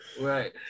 right